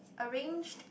arranged